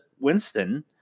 Winston